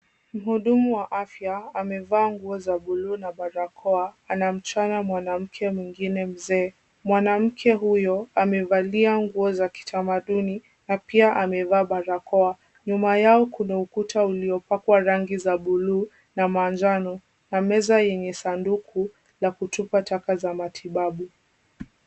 Mhudumu wa afya amevaa nguo za buluu na barakoa anamchanja mwanamke mwingine mzee. Mwanamke huyo amevalia nguo za kitamaduni na pia amevaa barakoa. Nyuma yao kuna ukuta uliopakwa rangi za blue na manjano na meza yenye sanduku la kutupa taka za matibabu.